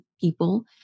people